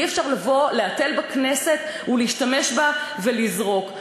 אי-אפשר לבוא, להתל בכנסת, להשתמש בה ולזרוק.